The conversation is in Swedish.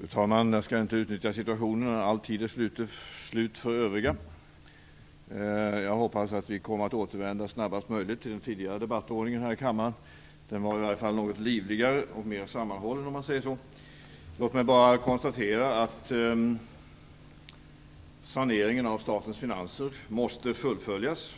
Fru talman! Jag skall inte utnyttja situationen - all taletid är slut för de övriga. Jag hoppas att vi snabbast möjligt kommer att återvända till den tidigare debattordningen här i kammaren. Den var i varje fall något livligare och mer sammanhållen. Låt mig bara konstatera att saneringen av statens finanser måste fullföljas.